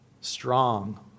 strong